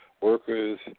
workers